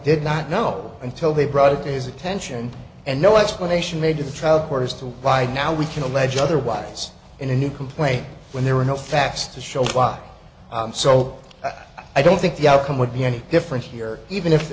did not know until they brought it to his attention and no explanation made to the trial court has to abide now we can allege otherwise in a new complaint when there were no facts to show why so i don't think the outcome would be any different here even if